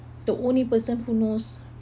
the only person who knows